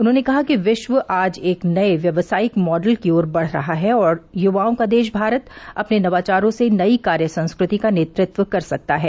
उन्होंने कहा कि विश्व आज एक नये व्यावसायिक मॉडल की ओर बढ़ रहा है और युवाओं का देश भारत अपने नवाचारों से नई कार्य संस्कृति का नेतृत्व कर सकता है